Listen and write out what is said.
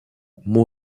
moi